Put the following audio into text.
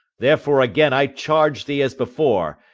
therefore again i charge thee as before,